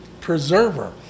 preserver